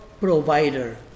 provider